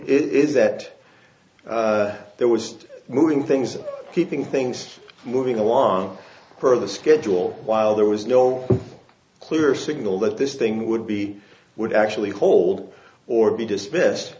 is that there was moving things keeping things moving along for the schedule while there was no clear signal that this thing would be would actually hold or be dismissed